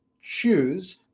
choose